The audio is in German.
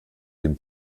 dem